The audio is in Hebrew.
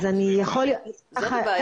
זאת הבעיה?